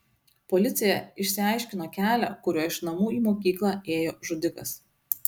policija išsiaiškino kelią kuriuo iš namų į mokyklą ėjo žudikas